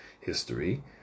history